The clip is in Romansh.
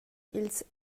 ils